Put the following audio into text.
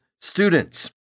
students